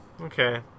Okay